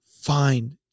find